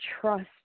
trust